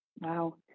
Wow